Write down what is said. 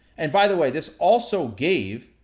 and by the way, this also gave,